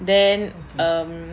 then um